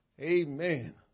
Amen